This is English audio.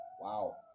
Wow